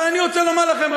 אבל אני רוצה לומר לכם,